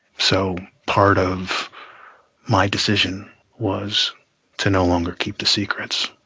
so part of my decision was to no longer keep the secrets,